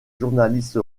journaliste